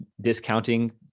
discounting